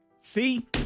See